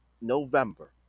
November